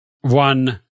one